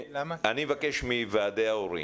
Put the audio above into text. אני מבקש מוועדי ההורים,